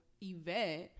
event